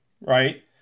right